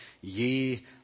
ye